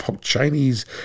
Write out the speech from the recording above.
chinese